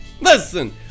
Listen